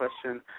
question